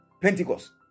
Pentecost